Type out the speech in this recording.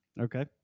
okay